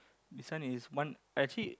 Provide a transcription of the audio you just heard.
this one is one I actually